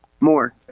more